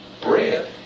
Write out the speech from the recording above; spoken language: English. bread